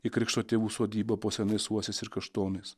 į krikšto tėvų sodybą po senais uosiais ir kaštonais